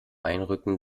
einrücken